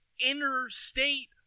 interstate